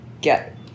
get